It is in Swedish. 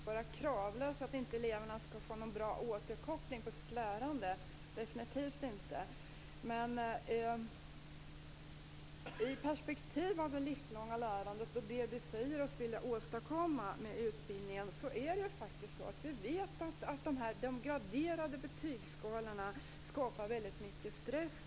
Fru talman! Jag menar definitivt inte att skolan skall vara kravlös och att eleverna inte skall få en bra återkoppling i sitt lärande. Men i det livslånga lärandets perspektiv och det som vi säger oss vilja åstadkomma med utbildningen vet vi faktiskt att de graderade betygsskalorna skapar väldigt mycket stress.